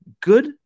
good